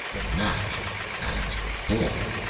the gnat and the bull